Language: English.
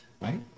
Right